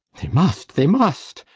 they must, they must!